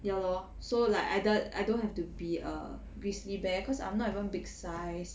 ya lor so like I the I don't have to be a grizzly bear cause I'm not even big size